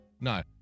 No